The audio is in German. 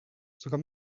sogar